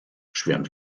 schwärmt